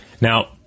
Now